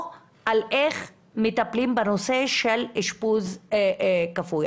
או על איך מטפלים בנושא של אשפוז כפוי.